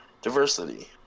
Diversity